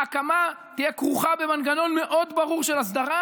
כדי שההקמה תהיה כרוכה במנגנון מאוד ברור של הסדרה: